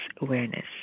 awareness